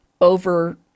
over